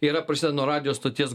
yra prasideda nuo radijo stoties